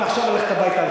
יכולה מעכשיו ללכת הביתה,